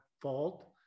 fault